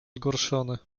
zgorszony